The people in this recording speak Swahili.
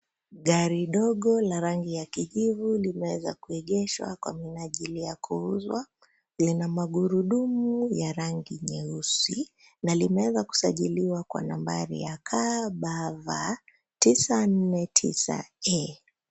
Gari dogo la rangi ya kijivu limeweza kuegeshwa kwa mijali ya kuuzwa, lina magurudumu ya rangi nyeusi na limeweza kusajiliwa kwa nambari KBV 949 E.